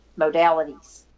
modalities